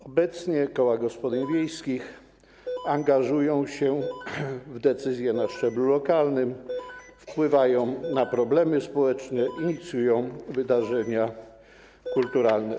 Obecnie koła gospodyń wiejskich angażują się w decyzje na szczeblu lokalnym, wpływają na problemy społeczne, inicjują wydarzenia kulturalne.